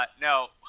no